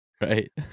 right